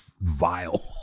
vile